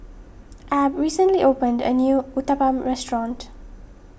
Ab recently opened a new Uthapam restaurant